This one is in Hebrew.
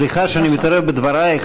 סליחה שאני מתערב בדברייך,